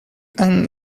and